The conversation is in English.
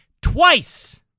twice